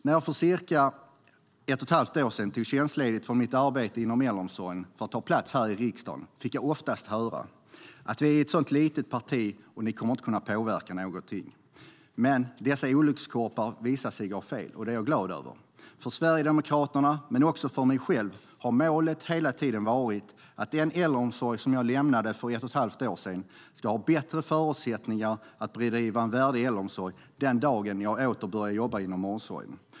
När jag för cirka ett och ett halvt år sedan tog tjänstledigt från mitt arbete inom äldreomsorgen för att ta plats här i riksdagen fick jag ofta höra att vi är ett sådant litet parti att vi inte kommer att påverka någonting. Men dessa olyckskorpar visade sig ha fel, och det är jag glad över. För Sverigedemokraterna och för mig själv har målet hela tiden varit att personalen i den äldreomsorg som jag lämnade för ett och ett halvt år sedan ska ha bättre förutsättningar att bedriva en värdig äldreomsorg den dag jag åter börjar jobba inom omsorgen.